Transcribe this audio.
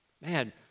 Man